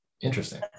Interesting